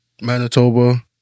Manitoba